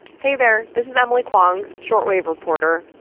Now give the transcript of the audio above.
hey, there. this is emily kwong, short wave reporter.